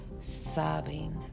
sobbing